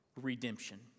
redemption